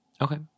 Okay